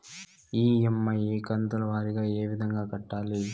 EMI కంతుల వారీగా ఏ విధంగా కట్టాలి